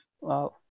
Wow